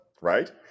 right